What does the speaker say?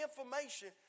information